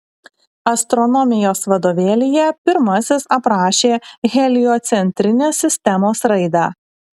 astronomijos vadovėlyje pirmasis aprašė heliocentrinės sistemos raidą